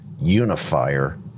unifier